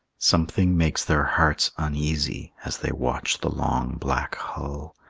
something makes their hearts uneasy as they watch the long black hull,